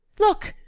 look!